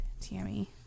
Tammy